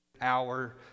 hour